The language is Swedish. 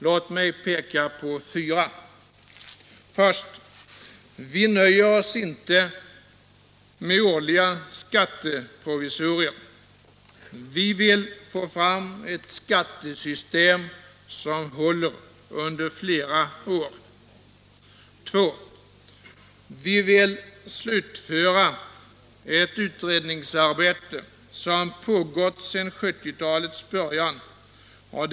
Låt mig peka på fyra: 1. Vi nöjer oss inte med årliga skatteprovisorer. Vi vill få fram ett skattesystem som håller under flera år. 2. Vi vill slutföra ett utredningsarbete som pågått sedan 1970-talets början.